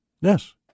Yes